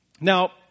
Now